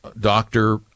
doctor